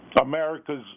America's